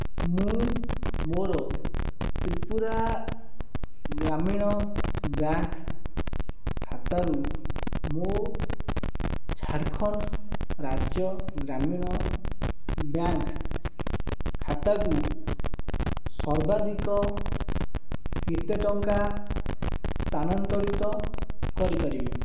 ମୁଁ ମୋର ତ୍ରିପୁରା ଗ୍ରାମୀଣ ବ୍ୟାଙ୍କ ଖାତାରୁ ମୋ ଝାଡ଼ଖଣ୍ଡ ରାଜ୍ୟ ଗ୍ରାମୀଣ ବ୍ୟାଙ୍କ ସର୍ବାଧିକ କେତେ ଟଙ୍କା ସ୍ଥାନାନ୍ତରିତ କରିପାରିବି ଖାତାକୁ ସର୍ବାଧିକ କେତେ ଟଙ୍କା ସ୍ଥାନାନ୍ତରିତ କରିପାରିବି